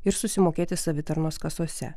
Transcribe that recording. ir susimokėti savitarnos kasose